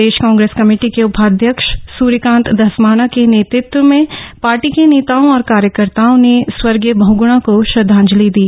प्रदेश Congress committee के उपाध्यक्ष सुर्यकांत धस्माना के नेतृत्व में पार्टी के नेताओं और कार्यकर्ताओं ने स्वर्गीय बहग्णा को श्रद्धांजलि दी